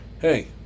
Hey